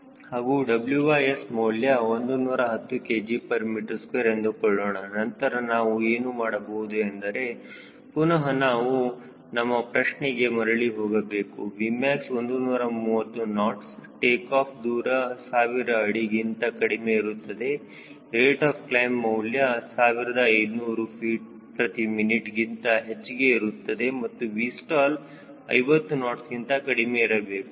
ಹಾಗೂ WS ಮೌಲ್ಯ 110 kgm2 ಎಂದುಕೊಳ್ಳೋಣ ನಂತರ ನಾವು ಏನು ಮಾಡಬಹುದು ಎಂದರೆ ಪುನಹ ನಾವು ನಮ್ಮ ಪ್ರಶ್ನೆಗೆ ಮರಳಿ ಹೋಗಬೇಕು Vmax 130 ನಾಟ್ಸ್ ಟೇಕಾಫ್ ದೂರ 1000 ಅಡಿ ಗಿಂತ ಕಡಿಮೆ ಇರುತ್ತದೆ ರೇಟ್ ಆಫ್ ಕ್ಲೈಮ್ ಮೌಲ್ಯ 1500 ftminಗಿಂತ ಹೆಚ್ಚಿಗೆ ಇರುತ್ತದೆ ಮತ್ತು Vstall 50 ನಾಟ್ಸ್ ಗಿಂತ ಕಡಿಮೆ ಇರಬೇಕು